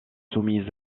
soumises